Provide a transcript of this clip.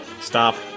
Stop